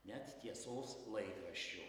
net tiesos laikraščio